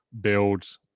build